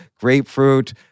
grapefruit